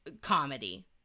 comedy